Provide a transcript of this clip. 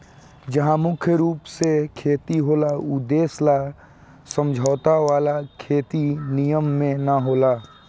जहा मुख्य रूप से खेती होला ऊ देश ला समझौता वाला खेती निमन न होला